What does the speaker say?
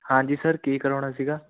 ਹਾਂਜੀ ਸਰ ਕੀ ਕਰਾਉਣਾ ਸੀਗਾ